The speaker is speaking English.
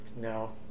No